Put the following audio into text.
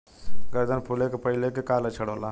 गर्दन फुले के पहिले के का लक्षण होला?